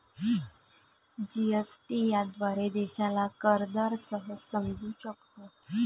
GST याद्वारे देशाला कर दर सहज समजू शकतो